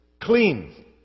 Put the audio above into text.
clean